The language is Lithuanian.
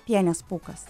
pienės pūkas